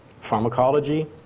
pharmacology